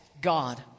God